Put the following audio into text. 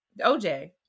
OJ